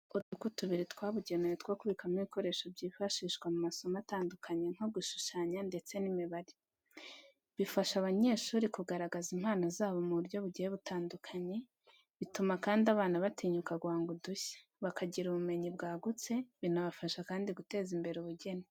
Udusanduku tubiri twabugenewe two kubikamo ibikoresho byifashishwa mu masomo atandukanye nko gushushanya ndetse n'imibare. Bifasha abanyeshuri kugaragaza impano zabo mu buryo bugiye butandukanye, bituma kandi abana batinyuka guhanga udushya, bakagira ubumenyi bwagutse, binabafasha kandi guteza imbere ubugeni.